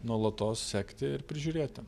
nuolatos sekti ir prižiūrėti